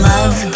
Love